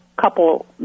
couple